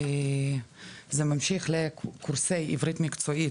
זה ממשיך לקורסי עברית מתקדמת,